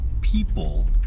people